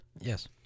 Yes